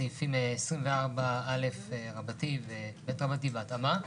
סעיפים 24א ו-24ב בהתאמה.